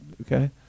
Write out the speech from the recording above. okay